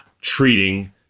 treating